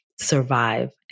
survive